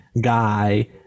guy